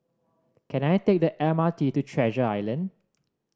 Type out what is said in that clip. can I take the M R T to Treasure Island